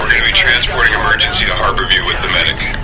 be transporting emergency to harbor view with the medic.